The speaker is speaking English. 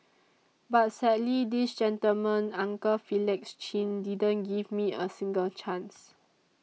but sadly this gentleman uncle Felix Chin didn't give me a single chance